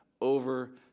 over